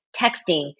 texting